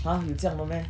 !huh! 有这样的 meh